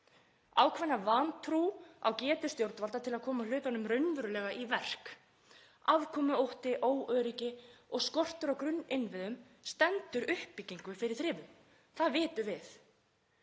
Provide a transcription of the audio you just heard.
ákveðna vantrú á getu stjórnvalda til að koma hlutunum raunverulega í verk. Afkomuótti, óöryggi og skortur á grunninnviðum stendur uppbyggingu fyrir þrifum, það vitum við.